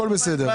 הכול בסדר.